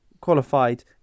qualified